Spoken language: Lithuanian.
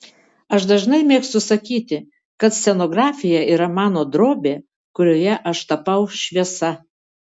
aš dažnai mėgstu sakyti kad scenografija yra mano drobė kurioje aš tapau šviesa